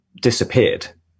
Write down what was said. disappeared